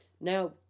Now